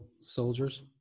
soldiers